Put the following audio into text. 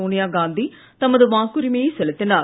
சோனியா காந்தி தமது வாக்குரிமையை செலுத்தினார்